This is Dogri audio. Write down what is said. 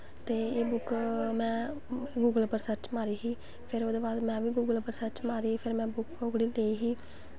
ते एह् बुक्क में गुगल पर सर्च मारी ही फिर ओह्दे बाद में बी गुगल पर सर्च मारी फिर में बुक्क ओह्कड़ी लेई ही